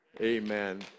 Amen